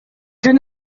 жөн